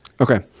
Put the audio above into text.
Okay